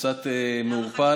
קצת מעורפל.